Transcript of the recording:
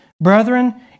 Brethren